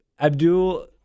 Abdul